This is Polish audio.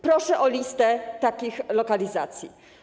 Proszę o listę takich lokalizacji.